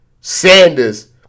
Sanders